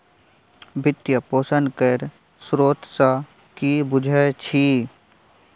वित्त पोषण केर स्रोत सँ कि बुझै छी